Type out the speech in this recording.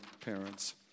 parents